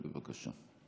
בבקשה.